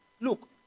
look